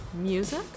music